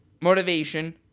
motivation